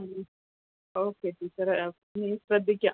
ഉം ഓക്കെ ടീച്ചറേ ആ ഇനി ശ്രദ്ധിക്കാം